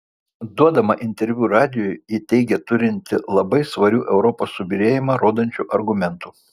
duodama interviu radijui ji teigė turinti labai svarių europos subyrėjimą rodančių argumentų